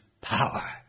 power